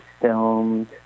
filmed